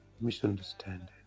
misunderstanding